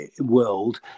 world